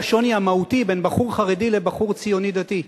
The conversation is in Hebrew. על השוני המהותי בין בחור חרדי לבחור ציוני-דתי.